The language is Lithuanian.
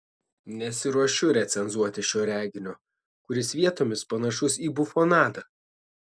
nesiruošiu recenzuoti šio reginio kuris vietomis panašus į bufonadą